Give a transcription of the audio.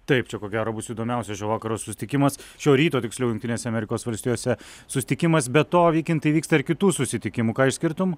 taip čia ko gero bus įdomiausias šio vakaro susitikimas šio ryto tiksliau jungtinėse amerikos valstijose susitikimas be to vykintai vyksta ir kitų susitikimų ką išskirtum